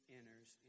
enters